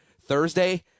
Thursday